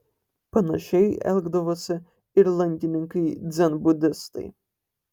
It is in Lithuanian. panašiai elgdavosi ir lankininkai dzenbudistai